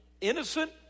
innocent